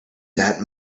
that